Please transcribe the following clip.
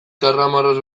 karramarroz